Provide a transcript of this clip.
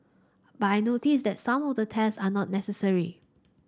but I notice that some of the tests are not necessary